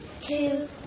two